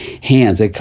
hands